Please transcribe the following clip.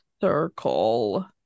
circle